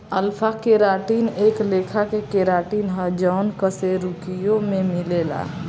alpha keratin एक लेखा के केराटिन ह जवन कशेरुकियों में मिलेला